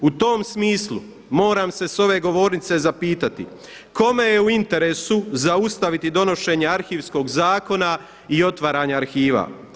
U tom smislu moram se sa ove govornice zapitati kome je u interesu zaustaviti donošenje Arhivskog zakona i otvaranja arhiva.